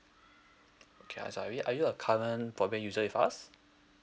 okay azahari are you a current broadband user with us